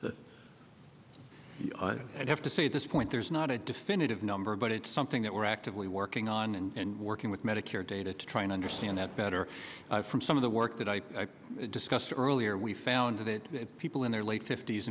research i'd have to say at this point there's not a definitive number but it's something that we're actively working on and working with medicare data to try and understand that better from some of the work that i discussed earlier we found that people in their late fift